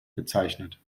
bezeichnet